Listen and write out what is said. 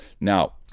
Now